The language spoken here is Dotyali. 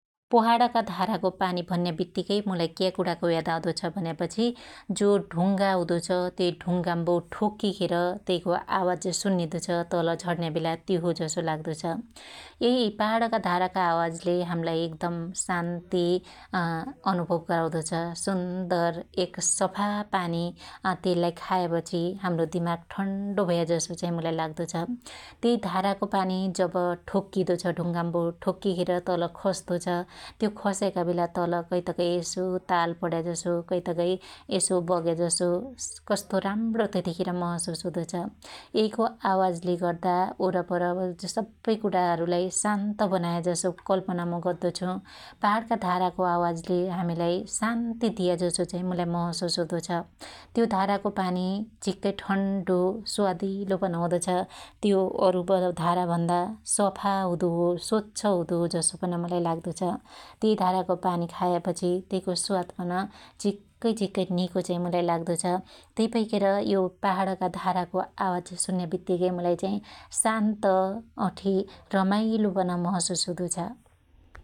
पहाणका का धाराको पानि भन्या बित्तीकै मलाई क्या कुणाको याद आउदो छ भन्या पछि जो ढड्गा हुदो छ त्यई ढड्डगाम्बो ठोक्कीखेर त्यइईको आवाज सुन्नीदो छ तल झणन्या बेला त्यो हो जसो लाग्दो छ। यै पाहाणका धाराका आवाजले हाम्लाई एकदम शान्ति अ अनुभव गराउदो छ । सुन्दर एक सफा पानि अत्यइलाई खायाबछी हाम्रो दिमाक ठन्डो भयाजसो चाइ मुलाई लाग्दो छ । यै धाराको पानि जब ठोक्कीदो छ ढुगाम्बो ठोक्कीखेर तल खस्तो छ त्यो खस्याका बेला तल कैतकै यसो ताल पण्या जसो ,कैतकै यसो बग्याजसो कस्तो राम्णो त्यतिखेर महशुस हुदो छ । यैको आवाजले गर्दा वरपर सब्बै कुणाहरुलाई शान्त बनायाजसो कल्पना मु गद्दो छु । पाहाणका धाराको आवाजले हामीलाई शान्ती दियाजसो चाहि मलाइ महशुस हुदो छ । त्यो धाराको पानि झिक्कै ठन्डो स्वादिलो पन हुदो छ । त्यो अरुब धारा भन्दा सफा हुदोहो स्वछ्छ हुदो हो जसो पन मुलाई लाग्दो छ । त्यइ धाराको पानि खायापछि त्यइको स्वाद पन झिक्कै झिक्कै निको पन मुलाई लाग्दो छ । त्यइ भैखेर यो पाहाणका धाराको आवाज सुन्या बित्तीकै कुलाई चाइ शान्त अठी रमाईलो रमाईलो पन महशुस हुदो छ ।